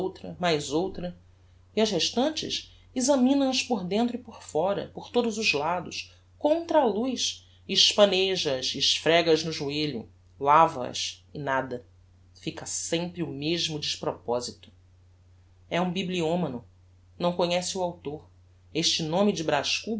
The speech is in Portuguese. outra mais outra e as restantes examina as por dentro e por fóra por todos os lados contra a luz espaneja as esfrega as no joelho lava as e nada fica sempre o mesmo desproposito é um bibliomano não conhece o autor este nome de